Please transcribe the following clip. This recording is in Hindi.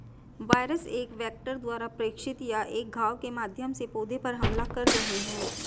वायरस एक वेक्टर द्वारा प्रेषित या एक घाव के माध्यम से पौधे पर हमला कर रहे हैं